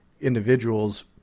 individuals